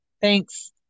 Thanks